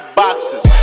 boxes